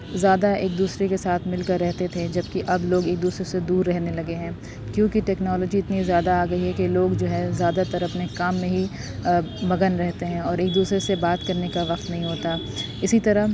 زیادہ ایک دوسرے کے ساتھ مل کر رہتے تھے جبکہ اب لوگ ایک دوسرے سے دور رہنے لگے ہیں کیونکہ ٹیکنالوجی اتنی زیادہ آ گئی ہے کہ لوگ جو ہے زیادہ تر اپنے کام میں ہی مگن رہتے ہیں اور ایک دوسرے سے بات کرنے کا وقت نہیں ہوتا اسی طرح